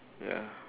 ya